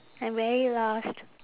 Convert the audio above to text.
I'm very lost